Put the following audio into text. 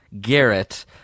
Garrett